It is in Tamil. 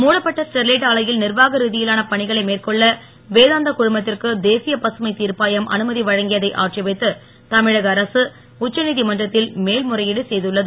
மூடப்பட்ட ஸ்டெர்லைட் ஆலையில் நிர்வாக ரீதியிலான பணிகளை மேற்கொள்ள வேதாந்தா குழுமத்திற்கு மத்திய பசுமைத் திர்ப்பாயம் அனுமதி வழங்கியதை ஆட்சேபித்து தமிழக அரசு உச்ச நீதிமன்றத்தில் மேல்முறையீடு செய்துள்ளது